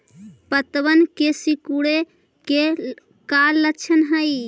पत्तबन के सिकुड़े के का लक्षण हई?